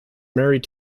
married